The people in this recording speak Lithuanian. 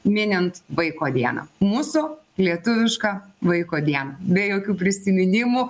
minint vaiko dieną mūsų lietuvišką vaiko dieną be jokių prisiminimų